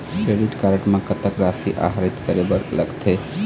Credit card म कतक राशि आहरित करे बर लगथे?